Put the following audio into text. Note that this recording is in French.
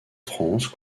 france